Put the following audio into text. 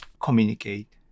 communicate